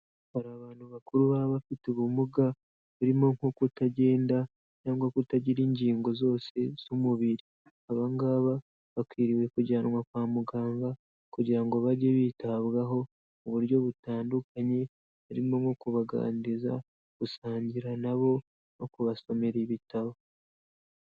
Hari abantu bakuru baba bafite ubumuga burimo nko kutagenda cyangwa kutagira ingingo zose z'umubiri, aba ngaba bakwiriye kujyanwa kwa muganga kugira ngo bajye bitabwaho mu buryo butandukanye harimo nko kubaganiriza, gusangira na bo no kubasomera ibitabo.